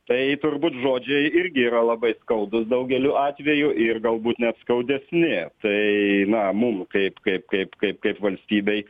tai turbūt žodžiai irgi yra labai skaudūs daugeliu atvejų ir galbūt net skaudesni tai na mum kaip kad kaip kaip kaip valstybei